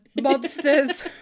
monsters